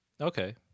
Okay